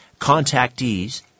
Contactees